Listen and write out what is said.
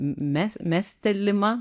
mm mes mestelima